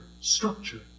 structure